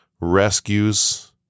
rescues